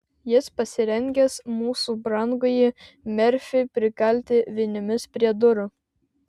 jis pasirengęs mūsų brangųjį merfį prikalti vinimis prie durų